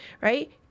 right